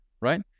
right